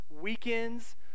Weekends